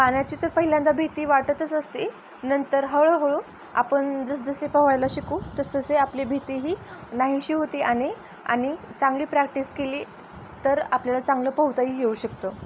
पाण्याची तर पहिल्यांदा भीती वाटतच असते नंतर हळूहळू आपण जसजसे पोहायला शिकू तसतसे आपली भीती ही नाहीशी होती आणि आणि चांगली प्रॅक्टिस केली तर आपल्याला चांगलं पोहताही येऊ शकतं